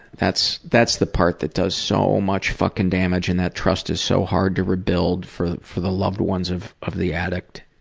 that's that's the part that does so much fucking damage and that trust is so hard to rebuild for for the loved ones of of the addict.